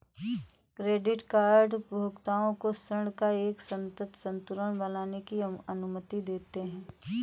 credit card उपभोक्ताओं को ऋण का एक सतत संतुलन बनाने की अनुमति देते हैं